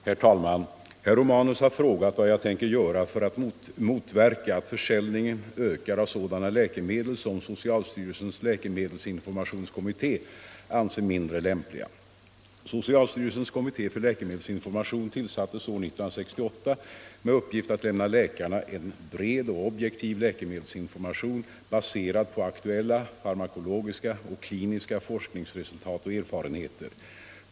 Herr talman! Herr Romanus har frågat vad jag tänker göra för att motverka att försäljningen ökar av sådana läkemedel som socialstyrelsens läkemedelsinformationskommitté anser mindre lämpliga. Socialstyrelsens kommitté för läkemedelsinformation tillsattes år 1968 med uppgift att lämna läkarna en bred och objektiv läkemedelsinformation, baserad på aktuella farmakologiska och kliniska forskningsresultat och erfarenheter.